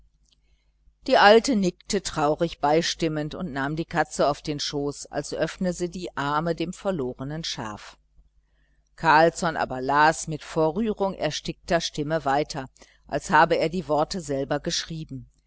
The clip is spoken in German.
die alte nickte traurig beistimmend und nahm die katze auf den schoß als öffne sie die arme dem verlorenen schaf carlsson aber las mit vor rührung erstickter stimme weiter als habe er die worte selber geschrieben